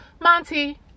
Monty